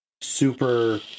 super